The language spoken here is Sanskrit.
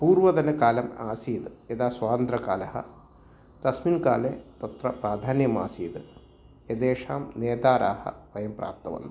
पूर्वतनकालम् आसीत् यदा स्वातन्त्र्यकालः तस्मिन् काले तत्र प्राधान्यमासीद् एतेषां नेतारः वयं प्राप्तवन्तः